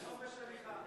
אז זה חופש הליכה.